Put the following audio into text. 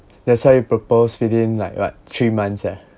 that's why you propose within like what three months ah